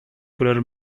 color